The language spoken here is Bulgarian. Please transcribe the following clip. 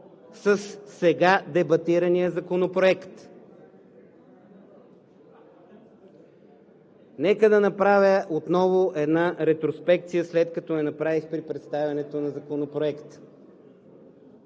със сега дебатирания законопроект! Нека да направя отново ретроспекция, след като я направих при представянето на Законопроекта.